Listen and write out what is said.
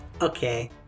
Okay